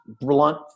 blunt